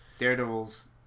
Daredevil's